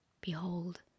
behold